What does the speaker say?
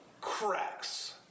cracks